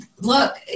look